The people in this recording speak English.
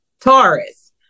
Taurus